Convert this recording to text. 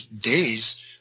days